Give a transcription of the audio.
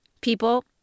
people